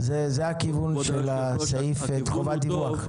זה הכיוון של הסעיף, חובת דיווח.